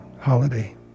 holiday